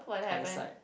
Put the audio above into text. Kai side